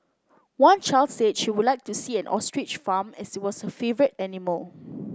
one child said she would like to see an ostrich farm as it was her favourite animal